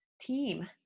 team